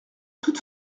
toute